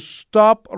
stop